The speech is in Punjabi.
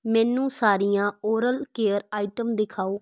ਮੈਨੂੰ ਸਾਰੀਆਂ ਓਰਲ ਕੇਅਰ ਆਇਟਮ ਦਿਖਾਓ